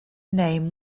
name